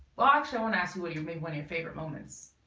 blocks i won't ask you what you made when your favorite moments